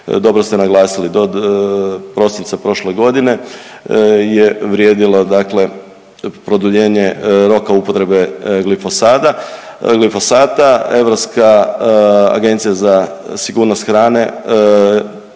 Dobro ste naglasili do prosinca prošle godine je vrijedilo produljenje roka upotrebe glifosata, Europska agencija za sigurnost hrane